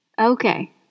Okay